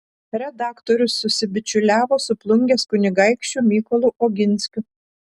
redaktorius susibičiuliavo su plungės kunigaikščiu mykolu oginskiu